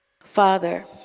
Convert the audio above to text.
Father